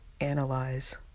analyze